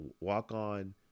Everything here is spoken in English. walk-on